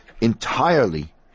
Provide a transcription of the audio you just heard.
entirely